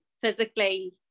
physically